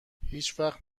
هیچوقت